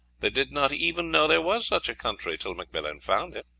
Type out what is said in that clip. they did not even know there was such a country till mcmillan found it.